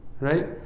right